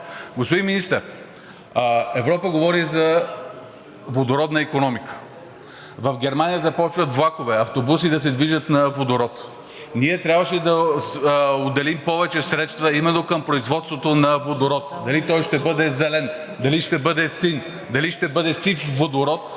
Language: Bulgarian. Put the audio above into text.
господин Министър, Европа говори за водородна икономика. В Германия започват влакове, автобуси да се движат на водород. Ние трябваше да отделим повече средства именно към производството на водород – дали той ще бъде зелен, дали ще бъде син, дали ще бъде сив водород,